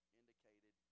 indicated